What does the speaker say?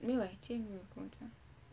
没有 eh